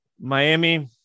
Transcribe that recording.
Miami